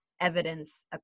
evidence